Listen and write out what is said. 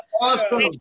Awesome